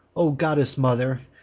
o goddess mother,